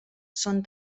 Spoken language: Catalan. són